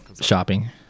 shopping